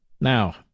Now